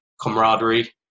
camaraderie